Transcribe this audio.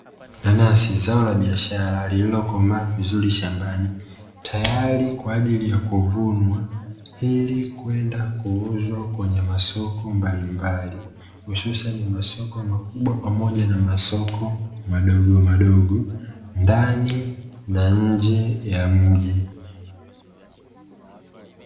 Nanasi, zao la biashara lililokomaa vizuri shambani, tayari kwa ajili ya kuvunwa ili kwenda kuuzwa kwenye masoko mbalimbali, hususani masoko makubwa pamoja na masoko madogomadogo ndani na nje ya mji.